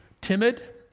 timid